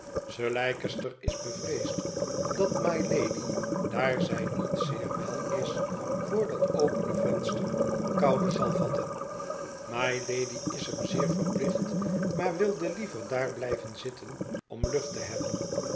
sir leicester is bevreesd dat mylady daar zij niet zeer wel is voor dat opene venster koude zal vatten mylady is hem zeer verplicht maar wilde liever daar blijven zitten om lucht te hebben